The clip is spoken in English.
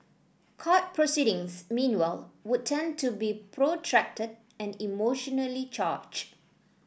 court proceedings meanwhile would tend to be protracted and emotionally charged